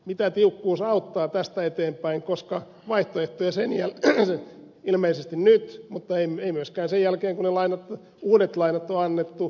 mitä tiukkuus auttaa tästä eteenpäin koska vaihtoehtoja ei ilmeisesti nyt mutta ei myöskään sen jälkeen kun ne uudet lainat on annettu oikeasti ole